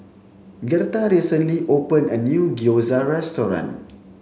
Gertha recently opened a new Gyoza restaurant